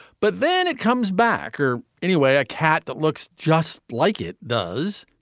but then it comes back. or anyway a cat that looks just like it does.